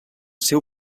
seu